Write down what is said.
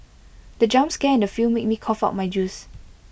the jump scare in the film made me cough out my juice